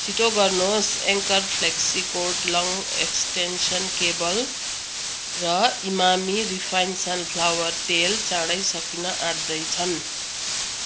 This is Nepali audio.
छिटो गर्नुहोस् Anchor flexi cord long extension cable र इमामी रिफाइन सनफ्लावर तेल चाँडै सकिन आँट्दैछन्